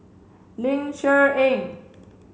Ling Cher Eng